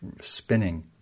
spinning